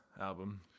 album